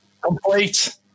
Complete